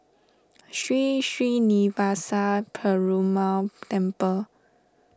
Sri Srinivasa Perumal Temple